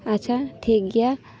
ᱟᱪᱷᱟ ᱴᱷᱤᱠ ᱜᱮᱭᱟ